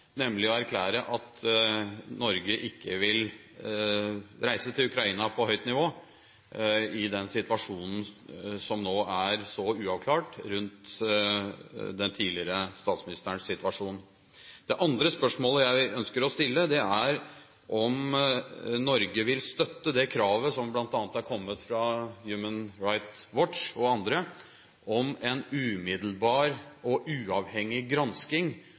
nemlig å erklære at Norge ikke vil reise til Ukraina på høyt nivå, i den situasjonen som nå er så uavklart rundt den tidligere statsminsterens situasjon. Det andre spørsmålet jeg ønsker å stille, er om Norge vil støtte det kravet som bl.a. har kommet fra Human Rights Watch og andre, om en umiddelbar og uavhengig gransking